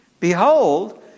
Behold